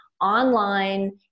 online